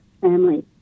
family